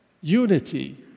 unity